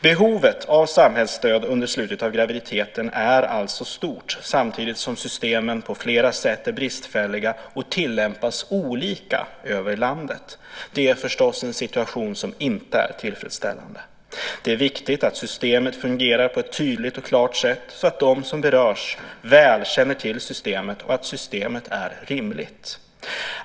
Behovet av samhällsstöd i slutet av graviditeten är alltså stort samtidigt som systemen på flera sätt är bristfälliga och tillämpas olika över landet. Det är förstås en situation som inte är tillfredsställande. Det är viktigt att systemet fungerar på ett tydligt och klart sätt så att de som berörs väl känner till systemet och så att systemet är rimligt.